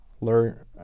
learn